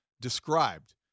described